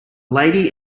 lady